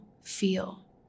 feel